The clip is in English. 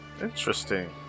Interesting